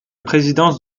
présidence